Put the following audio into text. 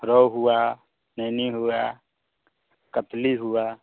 रोहू हुआ नेनी हुआ कतली हुआ